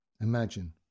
Imagine